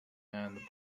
and